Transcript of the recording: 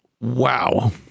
Wow